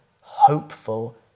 hopeful